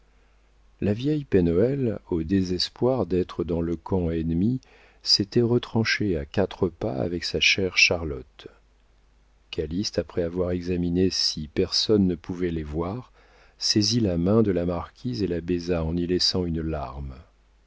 la vieille pen hoël au désespoir d'être dans le camp ennemi s'était retranchée à quatre pas avec sa chère charlotte calyste après avoir examiné si personne ne pouvait les voir saisit la main de la marquise et la baisa en y laissant une larme